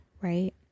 Right